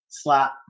Slap